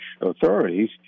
authorities